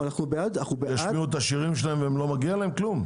אנשים ישמיעו את השירים שלהם ולא מגיע להם כלום?